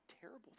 terrible